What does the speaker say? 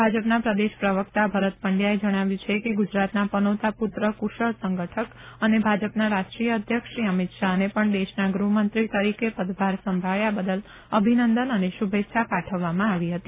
ભાજપના પ્રદેશ પ્રવકતા ભરત પંડયાએ જણાવ્યું છે કે ગુજરાતના પનોતા પુત્ર કુશળ સંગઠક અને ભાજપના રાષ્ટ્રીય અધ્યક્ષ શ્રી અમિત શાહને પણ દેશના ગૃહમંત્રી તરીકે પદભાર સંભાળ્યા બદલ અભિનંદન અને શુભેચ્છા પાઠવવામાં આવી હતી